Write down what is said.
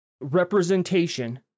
representation